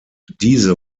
diese